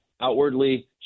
outwardly